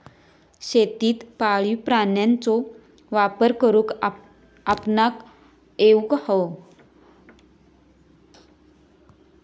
शेतीत पाळीव प्राण्यांचो वापर करुक आपणाक येउक हवो